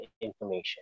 information